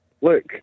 look